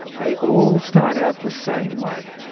they all start out the same way.